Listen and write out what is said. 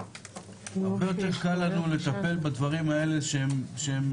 הרבה יותר קל לנו לטפל בדברים האלה שהם